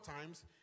times